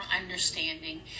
understanding